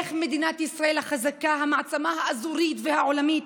איך מדינת ישראל החזקה, המעצמה האזורית והעולמית,